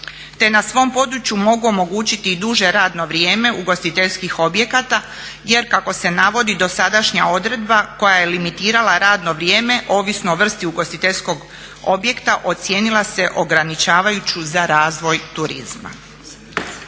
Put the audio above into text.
te na svom području mogu omogućiti i duže radno vrijeme ugostiteljskih objekata jer kako se navodi dosadašnja odredba koja je limitirala radno vrijeme ovisno o vrsti ugostiteljskog objekta ocijenila se ograničavajuću za razvoj turizma.